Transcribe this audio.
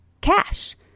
cash